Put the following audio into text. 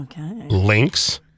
links